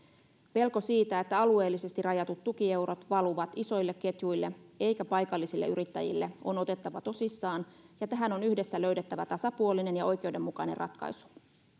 pelko siitä että alueellisesti rajatut tukieurot valuvat isoille ketjuille eivätkä paikallisille yrittäjille on otettava tosissaan ja tähän on yhdessä löydettävä tasapuolinen ja oikeudenmukainen ratkaisu